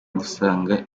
gusanga